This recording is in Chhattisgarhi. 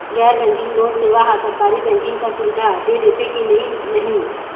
गैर बैंकिंग लोन सेवा हा सरकारी बैंकिंग कस सुविधा दे देथे कि नई नहीं?